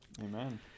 Amen